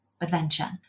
adventure